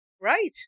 Right